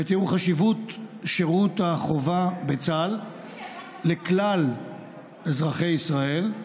בתיאור חשיבות שירות החובה בצה"ל לכלל אזרחי ישראל,